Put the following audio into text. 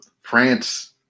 France